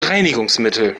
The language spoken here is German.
reinigungsmittel